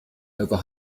over